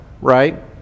right